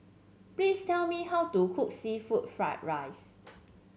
please tell me how to cook seafood Fried Rice